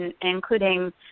including